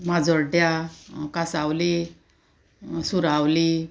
माजोड्या कासावलें सुरावली